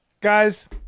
guys